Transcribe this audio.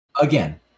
again